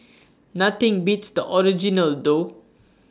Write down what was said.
nothing beats the original though